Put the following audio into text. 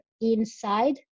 inside